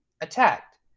attacked